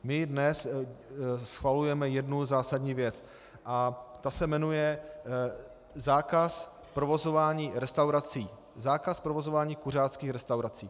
My dnes schvalujeme jednu zásadní věc a ta se jmenuje zákaz provozování restaurací, zákaz provozování kuřáckých restaurací.